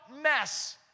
mess